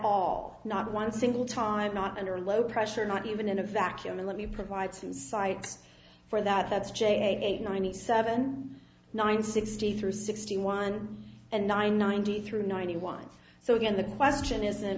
all not one single time not under low pressure not even in a vacuum and let me provide some cites for that that's j eight ninety seven nine sixty three sixty one and nine ninety three ninety one so again the question isn't